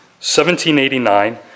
1789